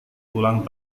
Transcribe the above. ulang